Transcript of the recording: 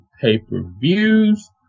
pay-per-views